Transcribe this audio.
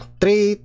three